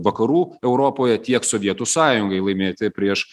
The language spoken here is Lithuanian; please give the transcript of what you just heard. vakarų europoje tiek sovietų sąjungai laimėti prieš